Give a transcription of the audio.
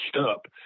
up